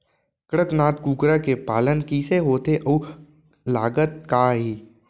कड़कनाथ कुकरा के पालन कइसे होथे अऊ लागत का आही?